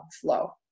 flow